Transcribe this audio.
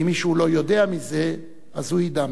ואם מישהו לא יודע מזה, אז הוא ידע מזה.